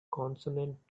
consonant